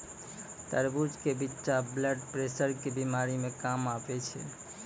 तरबूज के बिच्चा ब्लड प्रेशर के बीमारी मे काम आवै छै